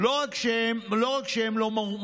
לא רק שהם לא מורתעים,